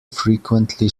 frequently